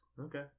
Okay